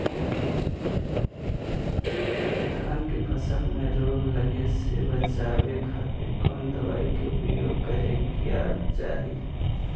धान के फसल मैं रोग लगे से बचावे खातिर कौन दवाई के उपयोग करें क्या चाहि?